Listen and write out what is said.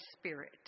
Spirit